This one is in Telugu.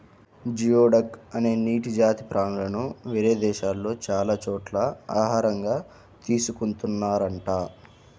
జియోడక్ అనే నీటి జాతి ప్రాణులను వేరే దేశాల్లో చాలా చోట్ల ఆహారంగా తీసుకున్తున్నారంట